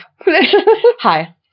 Hi